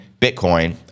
Bitcoin